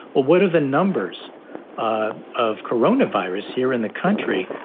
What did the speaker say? what are the numbers ah of corona virus here in the country?